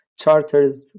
chartered